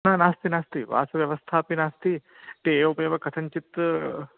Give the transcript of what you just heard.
न नास्ति नास्ति वासव्यवस्था अपि नास्ति ते एवमेव कथञ्चित्